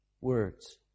words